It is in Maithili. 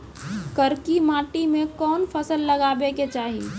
करकी माटी मे कोन फ़सल लगाबै के चाही?